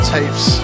Tapes